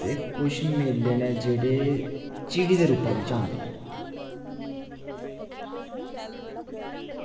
ते कुछ मेले न जेह्ड़े झिड़ी दे रूपा बिच आंदे न